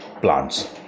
plants